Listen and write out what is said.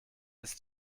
ist